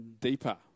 Deeper